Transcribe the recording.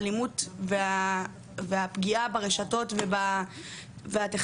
כשפניתי למשטרה, לפני שתבעתי,